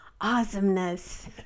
awesomeness